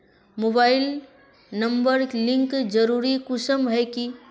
Mobile number link जरुरी कुंसम है की?